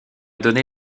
donné